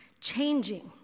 changing